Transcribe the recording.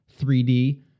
3D